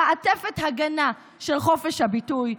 במעטפת הגנה של חופש הביטוי.